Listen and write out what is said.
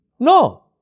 No